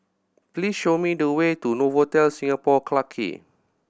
please show me the way to Novotel Singapore Clarke Quay